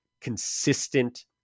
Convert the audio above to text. consistent